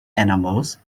animals